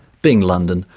being london,